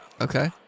Okay